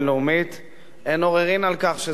אין עוררין על כך שזה גוף מפלה,